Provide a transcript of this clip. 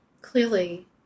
clearly